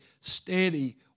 steady